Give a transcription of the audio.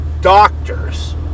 doctors